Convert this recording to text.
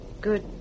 Good